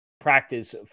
practice